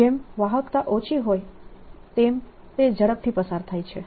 તો જેમ વાહકતા ઓછી હોય તેમ તે ઝડપથી પસાર થાય છે